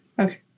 Okay